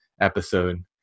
episode